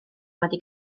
wedi